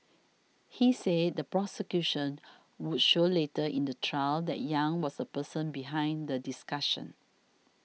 he said the prosecution would show later in the trial that Yang was the person behind the discussions